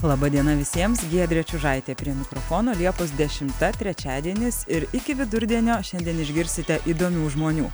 laba diena visiems giedrė čiužaitė prie mikrofono liepos dešimta trečiadienis ir iki vidurdienio šiandien išgirsite įdomių žmonių